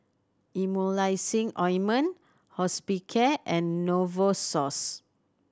Emulsying Ointment Hospicare and Novosource